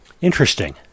Interesting